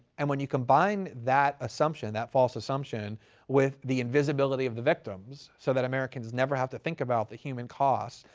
and when you combine that assumption, that false assumption with the invisibility of the victims, so that americans never have to think about the human cost,